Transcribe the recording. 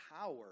power